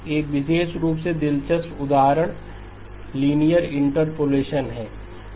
एक विशेष रूप से दिलचस्प उदाहरण लिनियर इंटरपोलेशन है